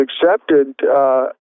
accepted